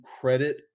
credit